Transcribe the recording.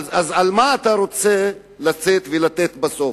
אז על מה אתה רוצה לשאת ולתת בסוף?